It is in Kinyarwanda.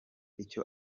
icyo